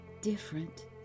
different